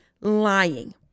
lying